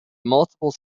multiple